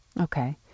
Okay